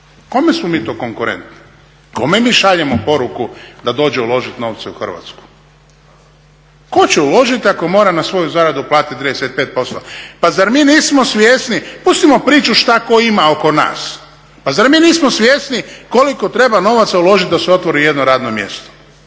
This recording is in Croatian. Kome smo mi to konkurentni, kome mi šaljemo poruku da dođe uložit novce u Hrvatsku? Tko će uložit ako mora na svoju zaradu platit 35%? Pa zar mi nismo svjesni, pustimo priču šta tko ima oko nas, pa zar mi nismo svjesni koliko treba novaca uložit da se otvori jedno radno mjesto.